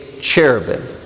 cherubim